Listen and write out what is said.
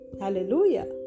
Hallelujah